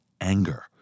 anger